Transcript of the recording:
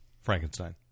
Frankenstein